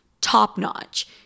top-notch